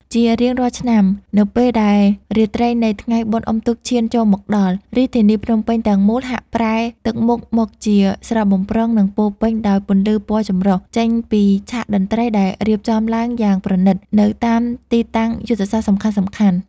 ជារៀងរាល់ឆ្នាំ នៅពេលដែលរាត្រីនៃថ្ងៃបុណ្យអុំទូកឈានចូលមកដល់ រាជធានីភ្នំពេញទាំងមូលហាក់ប្រែទឹកមុខមកជាស្រស់បំព្រង និងពោរពេញដោយពន្លឺពណ៌ចម្រុះ ចេញពីឆាកតន្ត្រីដែលរៀបចំឡើងយ៉ាងប្រណីតនៅតាមទីតាំងយុទ្ធសាស្ត្រសំខាន់ៗ។